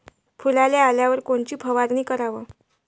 फुलाले आल्यावर कोनची फवारनी कराव?